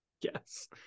Yes